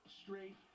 straight